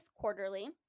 Quarterly